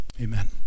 Amen